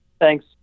Thanks